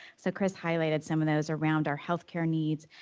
so, kris highlighted some of those around our health care needs,